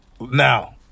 Now